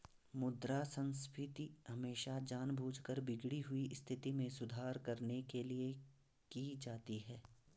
मुद्रा संस्फीति हमेशा जानबूझकर बिगड़ी हुई स्थिति में सुधार करने के लिए की जाती है